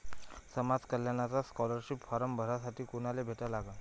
समाज कल्याणचा scholarship form भरासाठी कुनाले भेटा लागन?